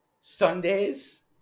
Sundays